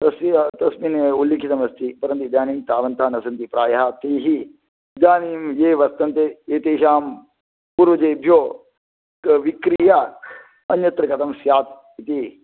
तस्य तस्मिन् एव उल्लिखितमस्ति परन्तु इदानीं तावन्तः न सन्ति प्रायः तैः इदानीं ये वर्तन्ते एतेषां पूर्वजेभ्यो विक्रीय अन्यत्र गतं स्यात् इति